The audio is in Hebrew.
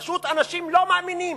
פשוט, אנשים לא מאמינים,